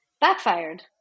backfired